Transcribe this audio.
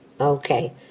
okay